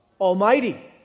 Almighty